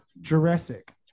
Jurassic